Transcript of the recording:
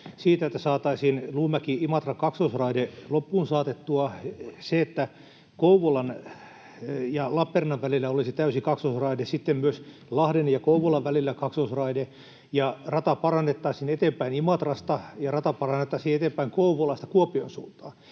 siitä, että saataisiin Luumäki—Imatra-kaksoisraide loppuun saatettua, siitä, että Kouvolan ja Lappeenrannan välillä olisi täysi kaksoisraide, sitten myös Lahden ja Kouvolan välillä olisi kaksoisraide, ja rataa parannettaisiin eteenpäin Imatrasta, ja rataa parannettaisiin eteenpäin Kouvolasta Kuopion suuntaan